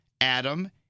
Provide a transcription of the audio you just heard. Adam